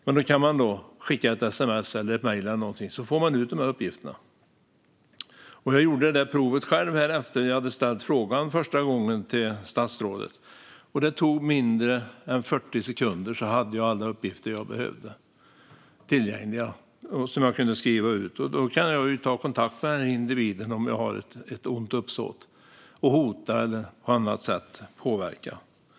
Men då kan man skicka ett sms eller ett mejl, och så får man ut uppgifterna. Jag gjorde det provet själv efter att ha ställt frågan till statsrådet första gången. Det tog mindre än 40 sekunder, och sedan hade jag alla uppgifter jag behövde tillgängliga och kunde skriva ut dem. Sedan kan jag ju ta kontakt med den individen om jag har ont uppsåt och hota eller på annat sätt påverka honom eller henne.